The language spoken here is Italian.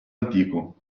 antico